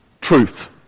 truth